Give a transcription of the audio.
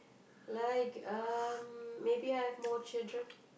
like um maybe I have more children